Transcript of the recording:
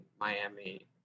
Miami